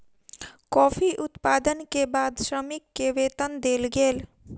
coffee उत्पादन के बाद श्रमिक के वेतन देल गेल